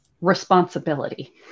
responsibility